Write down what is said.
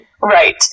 Right